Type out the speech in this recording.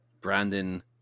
Brandon